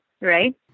right